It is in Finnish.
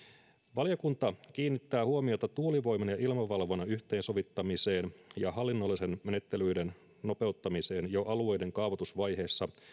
valiokunta kiinnittää huomiota tuulivoiman ja ilmavalvonnan yhteensovittamiseen ja hallinnollisten menettelyiden nopeuttamiseen jo alueiden kaavoitusvaiheessa